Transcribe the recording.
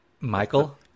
Michael